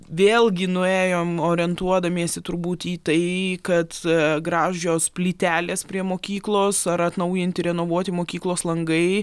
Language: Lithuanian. vėlgi nuėjom orientuodamiesi turbūt į tai kad gražios plytelės prie mokyklos ar atnaujinti renovuoti mokyklos langai